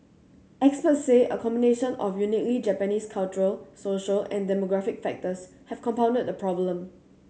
experts say a combination of uniquely Japanese cultural social and demographic factors have compounded the problem